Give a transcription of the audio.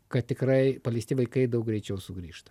kad tikrai paleisti vaikai daug greičiau sugrįžta